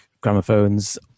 gramophones